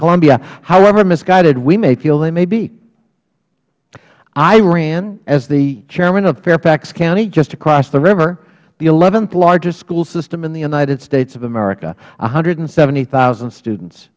columbia however misguided we may feel they may be i ran as the chairman of fairfax county just across the river the eleventh largest school system in the united states of america one hundred and seventy thousand students